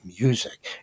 music